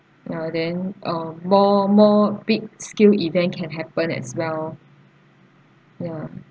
ya then uh more more big scale event can happen as well ya